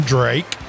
Drake